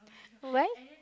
why